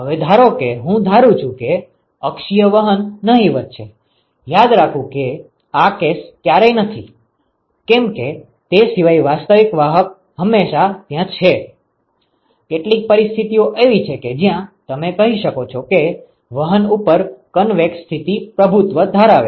હવે ધારો કે હું ધારું છું કે અક્ષીય વહન નહિવત્ છે યાદ રાખવું કે આ કેસ ક્યારેય નથીકેમ કે તે સિવાય વાસ્તવિક વાહક હંમેશા ત્યાં છે કેટલીક પરિસ્થિતિઓ એવી છે કે જ્યાં તમે કહી શકો કે વહન ઉપર કન્વેક્સન સ્થિતિ પ્રભુત્વ ધરાવે છે